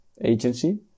agency